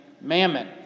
mammon